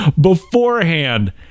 beforehand